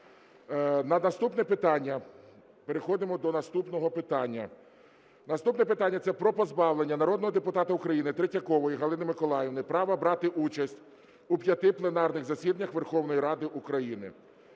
колеги, йдемо далі. Переходимо до наступного питання. Наступне питання – це про позбавлення народного депутата України Третьякової Галини Миколаївни права брати участь у п'яти пленарних засіданнях Верховної Ради України.